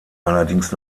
allerdings